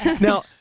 Now